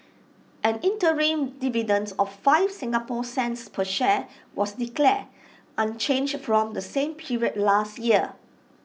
an interim dividend of five Singapore cents per share was declared unchanged from the same period last year